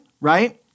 right